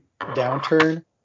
downturn